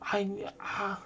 他他